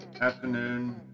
afternoon